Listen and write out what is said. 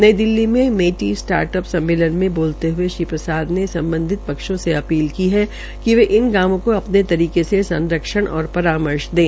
नई दिल्ली में मेटी स्टार्ट अप सम्मेलन में बालते हये श्री प्रसाद ने सम्बधित पक्षों से अपील की कि वे इन गांवों क्ष अपने तरीके से संरक्षण और परामर्श दें